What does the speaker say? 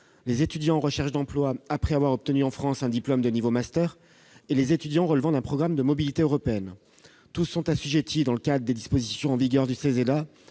les étudiants en recherche d'emploi après avoir obtenu en France un diplôme de niveau master et les étudiants relevant d'un programme de mobilité européenne. Tous sont assujettis, dans le cadre des dispositions en vigueur du